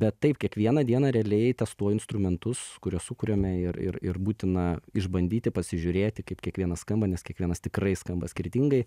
bet taip kiekvieną dieną realiai testuoju instrumentus kuriuos sukuriame ir ir ir būtina išbandyti pasižiūrėti kaip kiekvienas skamba nes kiekvienas tikrai skamba skirtingai